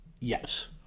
yes